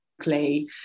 clay